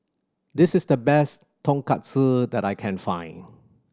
this is the best Tonkatsu that I can find